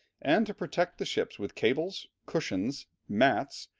and to protect the ships with cables, cushions, mats,